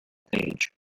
page